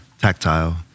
tactile